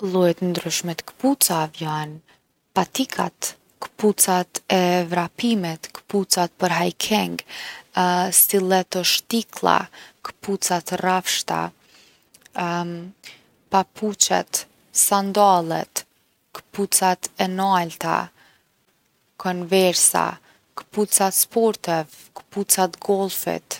Lloje t’ndryshme t’kpucave jon, patikat, kpucat e vrapimit, kpucat për hiking silleto shtiklla, kpucat e rrafshta papuqet, sandallet, kpucat e nalta, converse, kpuca t’sporteve, kpuca t’golfit.